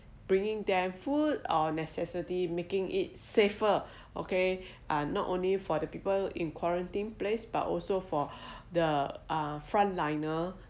bringing them food or necessity making it safer okay uh not only for the people in quarantine place but also for the uh front liners